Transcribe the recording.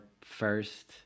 first